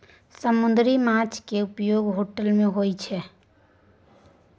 समुन्दरी माछ केँ उपयोग होटल मे होइ छै